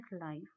life